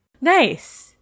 Nice